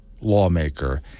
lawmaker